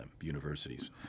universities